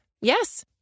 Yes